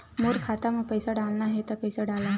मोर खाता म पईसा डालना हे त कइसे डालव?